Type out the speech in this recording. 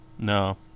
No